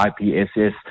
IPSS